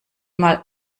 mal